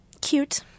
Cute